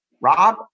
Rob